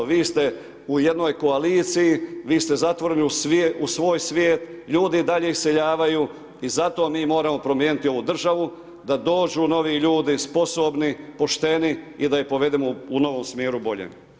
Vi ste u jednoj koaliciji, vi ste zatvoreni u svoj svijet, ljudi i dalje iseljavaju i zato mi moramo promijeniti ovu državu da dođu novi ljudi, sposobni, pošteni i da ih povedemo u novom smjeru boljem.